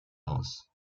aus